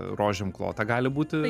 rožėm klota gali būti